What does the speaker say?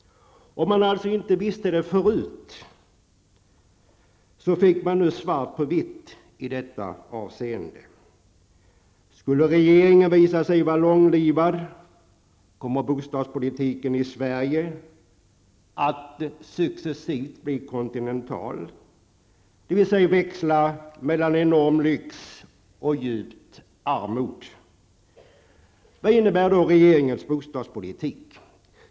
Om man alltså inte visste det förut, fick man nu svart på vitt i detta avseende. Skulle regeringen visa sig vara långlivad kommer bostadspolitiken i Sverige att successivt bli kontinental, dvs. boendet kommer att växla mellan enorm lyx och djupt armod. Vad innebär då regeringens bostadspolitik?